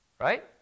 right